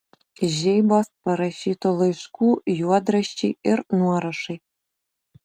žeibos parašytų laiškų juodraščiai ir nuorašai